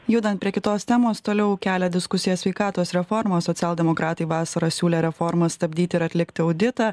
judant prie kitos temos toliau kelia diskusijas sveikatos reforma socialdemokratai vasarą siūlė reformą stabdyti ir atlikti auditą